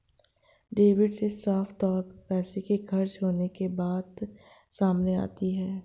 debit से साफ तौर पर पैसों के खर्च होने के बात सामने आती है